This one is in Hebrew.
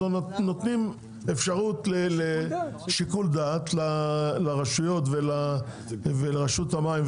ונותנים אפשרות לשיקול לדעת לרשויות ולרשות המים,